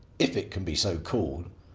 if it can be so called,